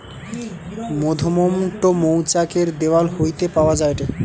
মধুমোম টো মৌচাক এর দেওয়াল হইতে পাওয়া যায়টে